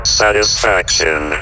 satisfaction